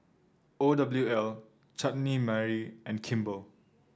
O W L Chutney Mary and Kimball